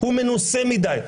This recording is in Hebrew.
הוא מנוסה מדי.